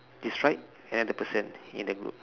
describe another person in the group